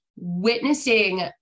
witnessing